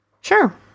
Sure